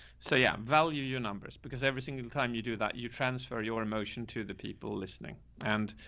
so yeah, value your numbers because every single time you do that, you transfer your emotion to the people listening and,